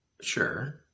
Sure